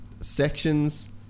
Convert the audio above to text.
sections